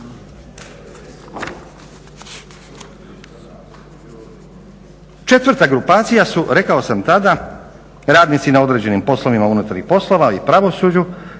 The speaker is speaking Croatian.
4. grupacija rekao sam tada radnici na određenim poslovnima unutarnjih poslova i pravosuđu,